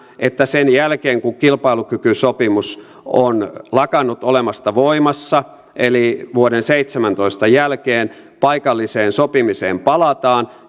että sen jälkeen kun kilpailukykysopimus on lakannut olemasta voimassa eli vuoden seitsemäntoista jälkeen paikalliseen sopimiseen palataan